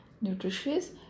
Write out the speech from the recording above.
nutritious